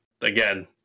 again